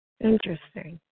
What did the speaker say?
Interesting